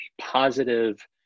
positive